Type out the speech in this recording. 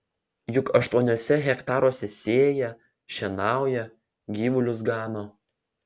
juk aštuoniuose hektaruose sėja šienauja gyvulius gano